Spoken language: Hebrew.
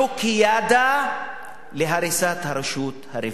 עם ה"חוקיאדה" להריסת הרשות הרביעית.